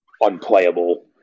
unplayable